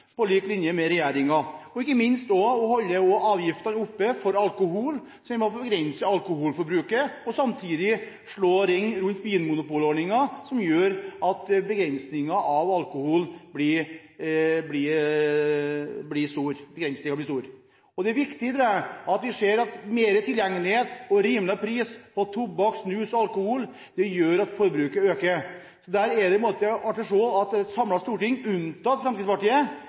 på lik linje med regjeringen, ønsker høye avgifter på tobakk og snus, og ikke minst på alkohol. Slik begrenser man alkoholforbruket og slår samtidig ring om vinmonopolordningen, som gjør at begrensningen av alkohol blir stor. Det er viktig, tror jeg, når vi ser at mer tilgjengelighet til og lavere priser på tobakk, snus og alkohol gjør at forbruket øker. Det er artig å se at et samlet storting, unntatt Fremskrittspartiet,